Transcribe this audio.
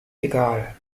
egal